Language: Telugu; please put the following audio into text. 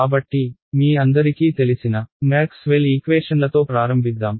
కాబట్టి మీ అందరికీ తెలిసిన మ్యాక్స్వెల్ ఈక్వేషన్లతో ప్రారంభిద్దాం